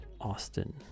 Austin